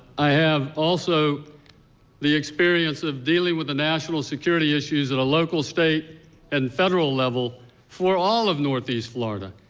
i have also the experience of dealing with a national security issues at a local state and federal level for all of northeast florida.